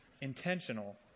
intentional